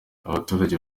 abaturage